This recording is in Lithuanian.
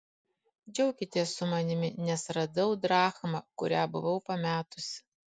džiaukitės su manimi nes radau drachmą kurią buvau pametusi